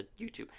YouTube